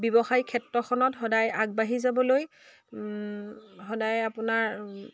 ব্যৱসায় ক্ষেত্ৰখনত সদায় আগবাঢ়ি যাবলৈ সদায় আপোনাৰ